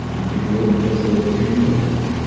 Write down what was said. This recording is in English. um i think we're in the midst of taking a look at that.